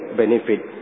benefit